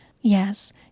Yes